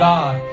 God